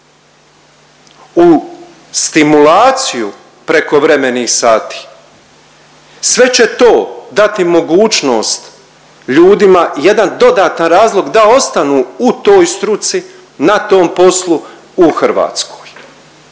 u stimulaciju prekovremenih sati. Sve će to dati mogućnost ljudima jedan dodatan razlog da ostanu u toj struci, na tom poslu u Hrvatskoj.